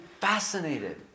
fascinated